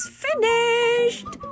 finished